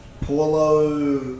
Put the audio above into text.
paulo